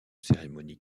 cérémonies